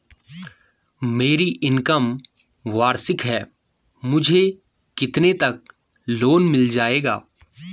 मेरी इनकम वार्षिक है मुझे कितने तक लोन मिल जाएगा?